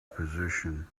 position